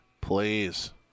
Please